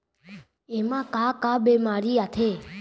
एमा का का बेमारी आथे?